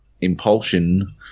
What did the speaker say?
Impulsion